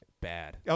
Bad